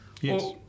Yes